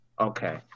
Okay